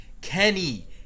Kenny